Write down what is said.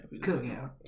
Cookout